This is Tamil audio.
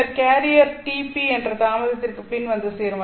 பின்னர் கேரியர் τp என்ற தாமதத்திற்கு பின் வந்து சேரும்